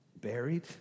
buried